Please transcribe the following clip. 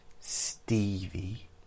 Stevie